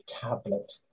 tablet